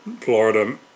Florida